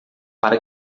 para